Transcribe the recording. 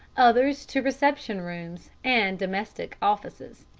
others to reception rooms and domestic offices.